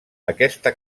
aquesta